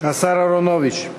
השר אהרונוביץ.